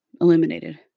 eliminated